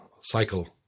cycle